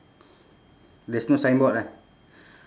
there's no sign board ah